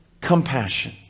compassion